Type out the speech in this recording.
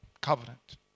covenant